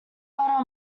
butter